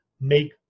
make